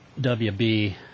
WB